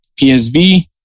PSV